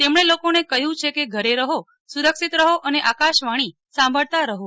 તેમણ લોકો ને કહ્યું છે કે ઘેર રહો સુરક્ષિત રહો અને આકાશવાણી સાંભળતા રહો